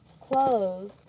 clothes